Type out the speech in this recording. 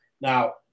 Now